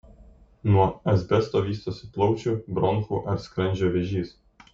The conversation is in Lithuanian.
nuo asbesto vystosi plaučių bronchų ar skrandžio vėžys